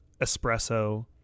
Espresso